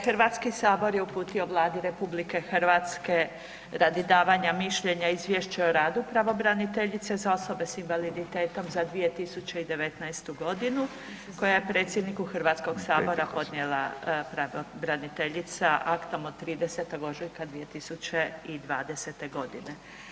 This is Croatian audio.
Hrvatski sabor je uputio Vladi RH radi davanja mišljenja Izvješće o radu pravobraniteljice za osobe s invaliditetom za 2019. godinu koja je predsjedniku HS-a podnijela pravobraniteljica aktom od 30. ožujka 2020. godine.